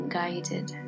guided